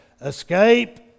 escape